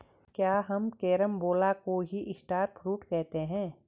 क्या हम कैरम्बोला को ही स्टार फ्रूट कहते हैं?